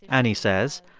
annie says,